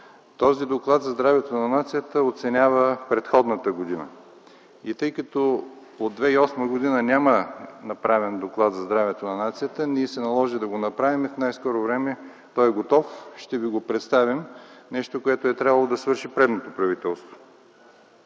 Този доклад за здравето на нацията оценява предходната година. И тъй като от 2008 г. няма направен доклад за здравето на нацията, наложи се ние да го направим. Той е готов и в най-скоро време ще ви го представим. Нещо, което е трябвало да извърши предишното правителство.